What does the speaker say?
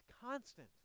constant